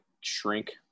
shrink